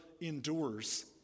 endures